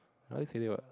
I always seen it what